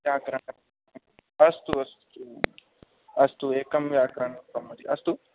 व्याकरण् अस्तु अस्तु अस्तु एकं व्याकरणकौमुदी अस्तु